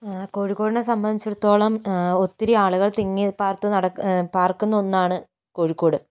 കോഴിക്കോടിനെ സംബന്ധിച്ചിടത്തോളം ഒത്തിരി ആളുകൾ തിങ്ങി പാർത്ത് നട പാർക്കുന്ന ഒന്നാണ് കോഴിക്കോട്